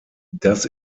das